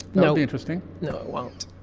no. interesting. no i won't